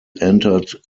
entered